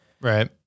Right